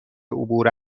عبور